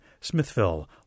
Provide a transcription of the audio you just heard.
Smithville